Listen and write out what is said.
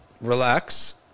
Relax